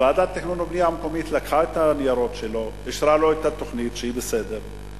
הוועדה לקחה את הניירות שלו ואישרה לו את התוכנית שהיא בסדר,